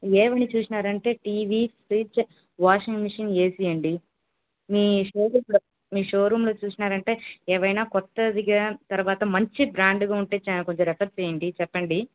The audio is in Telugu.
ఏవి అని చూసినారంటే TV fridge washing machine AC అండి మీ షోరూంలో మీ షోరూంలో చూసినారంటే ఏమైనా కొత్తదిగా తరువాత మంచి బ్రాండ్గా చ ఉంటే కొద్దిగా రెఫర్ చెయ్యండి చెప్పండి